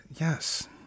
yes